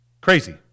Crazy